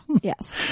Yes